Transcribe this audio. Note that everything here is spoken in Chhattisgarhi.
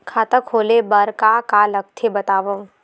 खाता खोले बार का का लगथे बतावव?